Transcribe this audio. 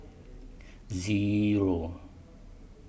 Zero